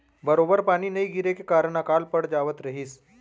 बरोबर पानी नइ गिरे के कारन अकाल पड़ जावत रहिस